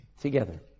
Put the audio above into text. together